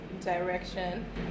direction